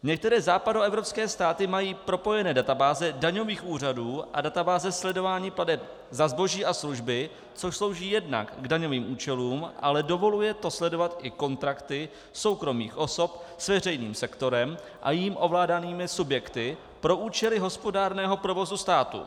Některé západoevropské státy mají propojené databáze daňových úřadů a databáze sledování plateb za zboží a služby, což slouží jednak k daňovým účelům, ale dovoluje to sledovat i kontrakty soukromých osob s veřejným sektorem a jím ovládanými subjekty pro účely hospodárného provozu státu.